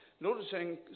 noticing